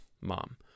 Mom